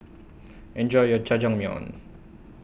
Enjoy your Jajangmyeon